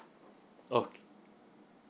oh